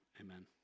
Amen